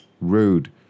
Rude